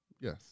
Yes